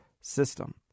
system